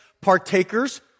partakers